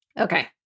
Okay